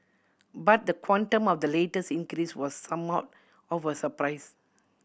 but the quantum of the latest increase was somewhat of a surprise